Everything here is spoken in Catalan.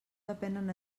depenen